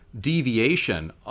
deviation